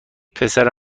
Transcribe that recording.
پسر